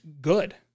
good